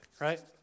Right